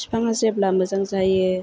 बिफाङा जेब्ला मोजां जायो